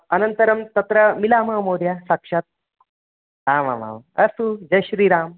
अनन्तरं तत्र मिलामः महोदये साक्षात् आमामाम् अस्तु जय श्रीराम